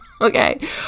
Okay